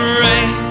rain